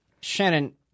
Shannon